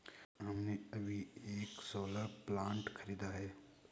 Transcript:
हमने अभी एक सोलर प्लांट खरीदा है